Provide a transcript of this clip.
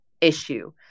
issue